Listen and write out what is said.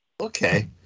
Okay